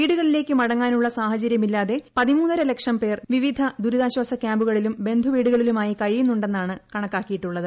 വീടുകളിലേയ്ക്ക് മടങ്ങാനുള്ള സാഹചര്യമില്ലാതെ പതിമൂന്നര ലക്ഷം പേർ വിവിധ ദുരിതാശ്ചാസ കൃാമ്പുകളിലും ബന്ധുവീടുകളിലുമായി കഴിയുന്നുണ്ടെന്നാണ് കണക്കാക്കിയിട്ടുള്ളത്